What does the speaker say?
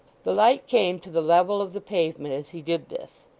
the light came to the level of the pavement as he did this,